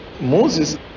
Moses